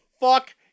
Fuck